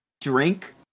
drink